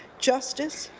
justice,